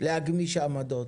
להגמיש עמדות.